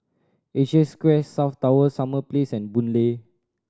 Asia Square South Tower Summer Place and Boon Lay